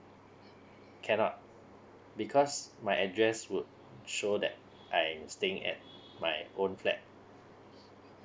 cannot because my address would show that I'm staying at my own flat